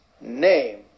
name